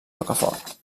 rocafort